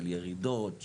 של ירידות,